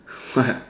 what